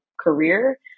career